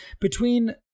Between-